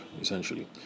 essentially